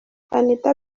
anitha